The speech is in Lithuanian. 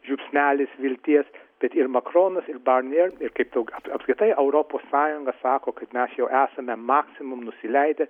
žiupsnelis vilties bet ir makronus ir barnjė ir kaip daug apskritai europos sąjunga sako kad mes jau esame maksimum nusileidę